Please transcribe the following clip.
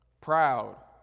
proud